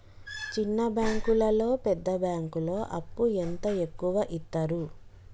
చిన్న బ్యాంకులలో పెద్ద బ్యాంకులో అప్పు ఎంత ఎక్కువ యిత్తరు?